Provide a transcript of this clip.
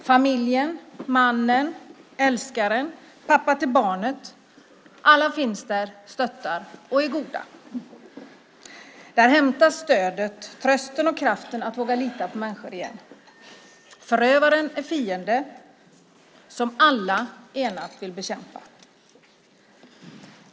Familjen - mannen, älskaren eller pappan till barnet - finns där, och alla stöttar de och är goda. Där hämtas stödet, trösten och kraften att igen våga lita på människor. Förövaren är fienden som alla enat vill bekämpa.